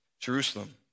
Jerusalem